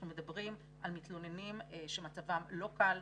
אנחנו מדברים על מתלוננים שמצבם לא קל,